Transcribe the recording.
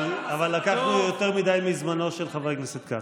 אבל לקחנו יותר מדי מזמנו של חבר הכנסת כץ.